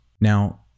Now